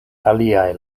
aliaj